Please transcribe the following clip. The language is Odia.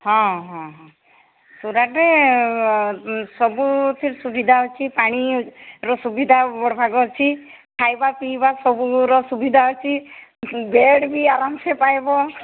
ହଁ ହଁ ହଁ ସୁରାଟରେ ସବୁଥି ସୁବିଧା ଅଛି ପାଣିର ସୁବିଧା ବିଭାଗ ଅଛି ଖାଇବା ପିଇବା ସବୁର ସୁବିଧା ଅଛି ବେଡ଼ ବି ଆରାମସେ ପାଇବ